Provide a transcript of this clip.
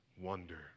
wonder